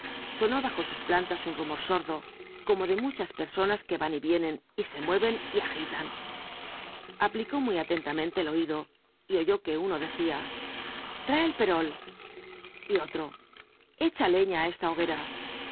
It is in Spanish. sonó bajo sus plantas un rumor sordo como de muchas personas que ran y vienen y se mueven y agitan aplicó muy atentamente el oitlo y oyó c uc uno del ia trae el perol y otro echa lciia á esta hoguera